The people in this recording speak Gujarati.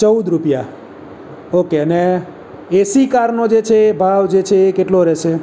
ચૌદ રૂપિયા ઓકે અને એસી કારનો જે છે એ ભાવ છે જે છે એ કેટલો રહેશે